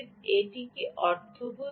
এটি কি অর্থবোধ করে